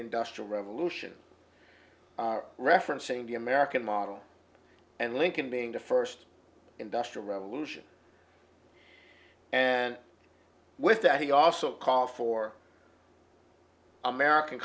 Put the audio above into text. industrial revolution referencing the american model and lincoln being the first industrial revolution and with that he also called for american